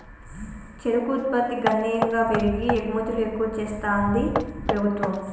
చెరుకు ఉత్పత్తి గణనీయంగా పెరిగి ఎగుమతులు ఎక్కువ చెస్తాంది ప్రభుత్వం